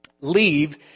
leave